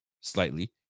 slightly